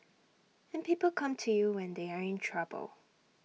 and people come to you when they are in trouble